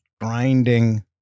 grinding